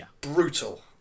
brutal